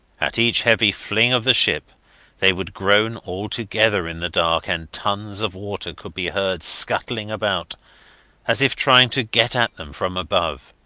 at each heavy fling of the ship they would groan all together in the dark, and tons of water could be heard scuttling about as if trying to get at them from above.